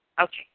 Okay